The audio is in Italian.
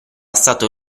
stato